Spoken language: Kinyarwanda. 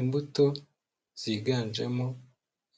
Imbuto ziganjemo